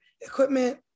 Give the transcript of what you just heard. equipment